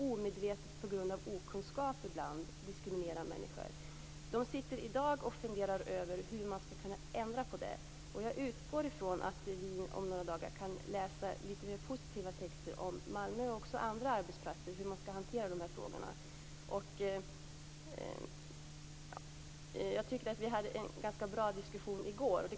Omedvetet, på grund av okunskap, diskriminerar man ibland människor. Man sitter i dag och funderar över hur man skall kunna ändra på det. Jag utgår från att vi om några dagar kan läsa lite mer positiva texter om Malmö kommun och även om andra arbetsplatser, där man berättar hur man skall hantera de här frågorna. Jag tycker att vi hade en ganska bra diskussion i går.